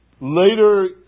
Later